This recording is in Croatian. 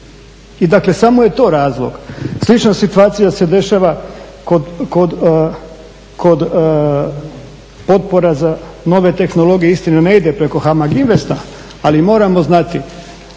I dakle samo je to razlog. Slična situacija se dešava kod potpora za nove tehnologije, istina ne ide preko HAMG INVEST ali moramo znati